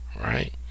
Right